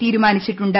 P തീരുമാനിച്ചിട്ടുണ്ട്